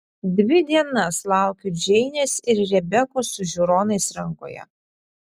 dvi dienas laukiu džeinės ir rebekos su žiūronais rankoje